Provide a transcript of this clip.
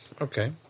okay